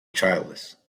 childless